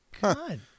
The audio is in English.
God